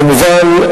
כמובן,